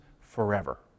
forever